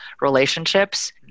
relationships